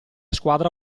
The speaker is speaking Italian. squadra